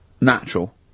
natural